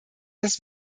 des